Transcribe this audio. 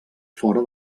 fora